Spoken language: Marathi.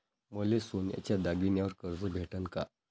मले सोन्याच्या दागिन्यावर कर्ज भेटन का?